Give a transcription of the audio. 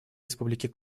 республики